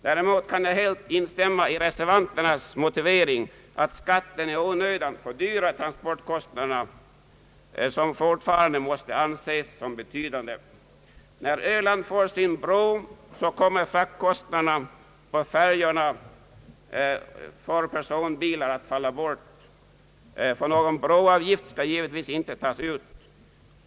Däremot kan jag helt instämma i reservanternas motivering att skatten i onödan fördyrar transportkostnaderna, som fortfarande måste anses vara betydande. När Öland får sin bro kommer fraktkostnaderna för personbilar på färjorna att falla bort, ty någon broavgift skall givetvis inte tas ut.